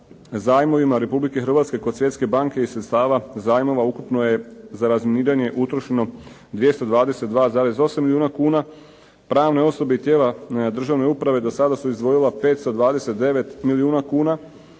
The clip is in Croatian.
zajmovima Republike Hrvatske kod Svjetske banke i sredstava zajmova ukupno je za razminiranje utrošeno 222,8 milijuna kuna, pravnoj osobi i tijela državne uprave do sada su izdvojila 529 milijuna kuna,